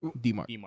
D-Mark